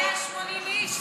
זה היה 180 איש,